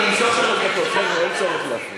חבר'ה, אין צורך להפריע.